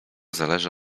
zależy